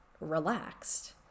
relaxed